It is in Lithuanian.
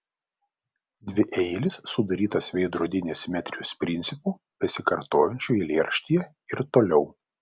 dvieilis sudarytas veidrodinės simetrijos principu besikartojančiu eilėraštyje ir toliau